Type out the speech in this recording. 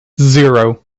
zero